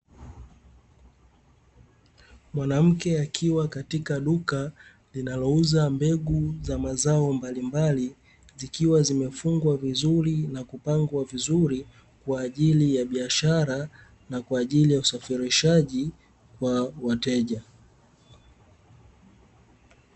Mwanamke akiwa katika duka linalouza mbegu za mazao mbalimbali zikiwa zimefungwa vizuri na kupangwa vizuri kwa ajili ya biashara na kwa ajili ya usafirishaji wa wateja.